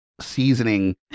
seasoning